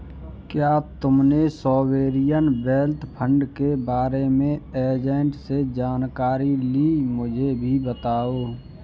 क्या तुमने sovereign wealth fund के बारे में एजेंट से जानकारी ली, मुझे भी बताओ